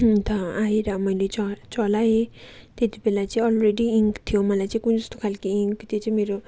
अन्त आएर मैले च चलाए त्यति बेला चाहिँ अलरेडी इन्क थियो मलाई चाहिँ कुन्नि कस्तो खाले इन्क त्यो चाहिँ मेरो